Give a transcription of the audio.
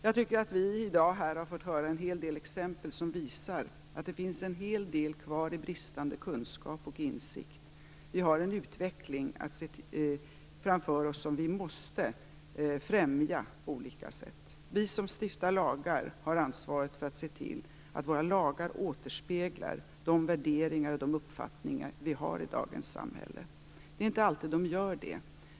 Jag tycker att ni i dag har fått höra en hel del exempel som visar att det finns en hel del kvar i bristande kunskap och insikt. Vi har en utveckling framför oss som vi måste främja på olika sätt. Vi som stiftar lagar har ansvaret för att se till att våra lagar återspeglar de värderingar och de uppfattningar vi har i dagens samhälle. Det är inte alltid de gör det.